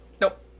nope